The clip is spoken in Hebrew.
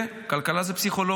כן, כלכלה זה פסיכולוגיה.